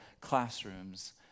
classrooms